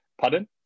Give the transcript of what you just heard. Pardon